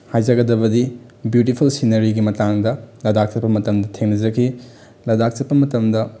ꯍꯥꯏꯖꯒꯗꯕꯗꯤ beautiful ꯁꯤꯟꯅꯔꯤꯒꯤ ꯃꯇꯥꯡꯗ ꯂꯗꯥꯛ ꯆꯠꯄ ꯃꯇꯝꯗ ꯊꯦꯡꯅꯖꯈꯤ ꯂꯗꯥꯛ ꯆꯠꯄ ꯃꯇꯝꯗ